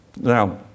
Now